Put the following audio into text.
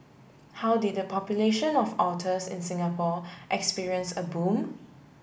how did the population of otters in Singapore experience a boom